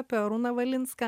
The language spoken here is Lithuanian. apie arūną valinską